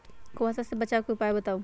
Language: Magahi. कुहासा से बचाव के उपाय बताऊ?